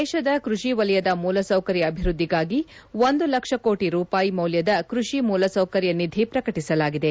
ದೇಶದ ಕ್ಷಷಿ ವಲಯದ ಮೂಲಸೌಕರ್ಯ ಅಭಿವ್ದದ್ಲಿಗಾಗಿ ಲಕ್ಷಿ ಕೋಟಿ ರೂಪಾಯಿ ಮೌಲ್ಲದ ಕ್ಷಷಿ ಮೂಲಸೌಕರ್ಯ ನಿಧಿ ಪ್ರಕಟಿಸಲಾಗಿದೆ